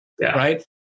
right